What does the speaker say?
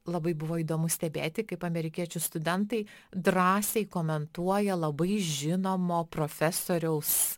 labai buvo įdomu stebėti kaip amerikiečių studentai drąsiai komentuoja labai žinomo profesoriaus